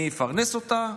אני אפרנס אותה,